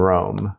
Rome